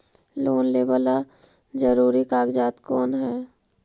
Loan लेब ला जरूरी कागजात कोन है?